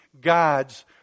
gods